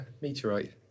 meteorite